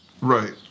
Right